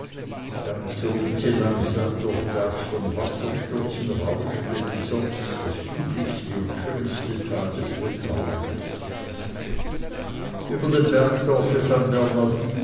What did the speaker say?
dann zogen sie langsam durch das von wasserstürzen rauschende misox das südlichste und schönste tal des bündnerlandes über dem bergdorfe san